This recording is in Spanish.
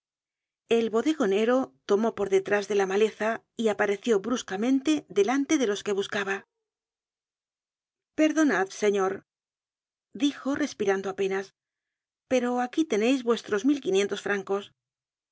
el bodegonero tomó por detrás de la maleza y apareció bruscamente delante do los que buscaba perdonad señor dijo respirando apenas pero aquí teneis vuestros mil quinientos francos